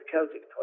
Celtic